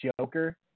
Joker